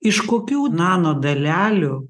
iš kokių nano dalelių